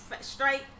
straight